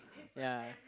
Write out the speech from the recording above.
ya